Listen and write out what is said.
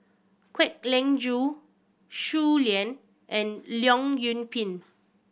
Kwek Leng Joo Shui Lan and Leong Yoon Pin